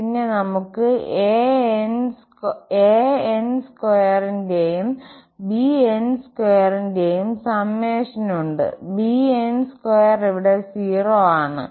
പിന്നെ നമുക്ക് an2 ന്റെയും bn2 ന്റെയും സമ്മേഷൻ ഉണ്ട് bn2 ഇവിടെ 0 ആണ്